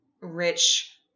rich